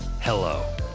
hello